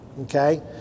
okay